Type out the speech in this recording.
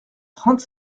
trente